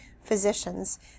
physicians